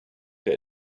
der